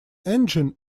engine